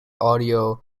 audio